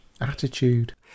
attitude